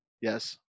Yes